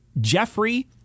Jeffrey